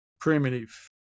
primitive